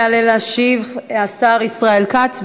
יעלה להשיב השר ישראל כץ.